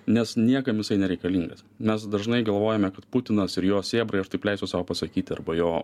nes niekam jisai nereikalingas mes dažnai galvojame kad putinas ir jo sėbrai aš taip leisiu sau pasakyti arba jo